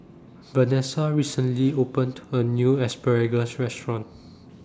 Venessa recently opened A New Asparagus Restaurant